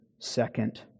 second